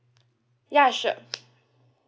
ya sure